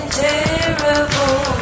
terrible